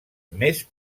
més